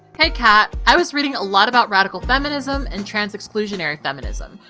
hey kat! i was reading a lot about radical feminism and trans-exclusionary feminism,